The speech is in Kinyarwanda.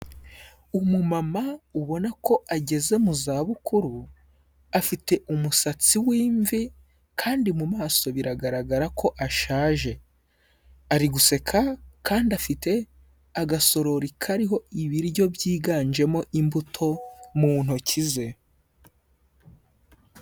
Umumama ubona ko ageze mu zabukuru, afite umusatsi w'imvi, kandi mu maso biragaragara ko ashaje, ari guseka kandi afite agasorori kariho ibiryo byiganjemo imbuto mu ntoki ze.